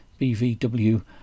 BVW